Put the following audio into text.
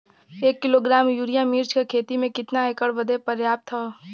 एक kilogram urea मिर्च क खेती में कितना एकड़ बदे पर्याप्त ह?